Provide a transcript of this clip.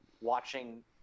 watching